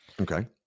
Okay